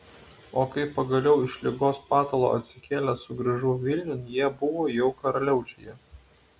o kai pagaliau iš ligos patalo atsikėlęs sugrįžau vilniun jie buvo jau karaliaučiuje